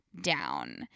down